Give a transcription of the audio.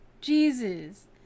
Jesus